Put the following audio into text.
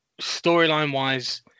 storyline-wise